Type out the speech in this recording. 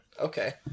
okay